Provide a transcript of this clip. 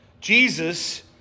Jesus